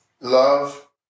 love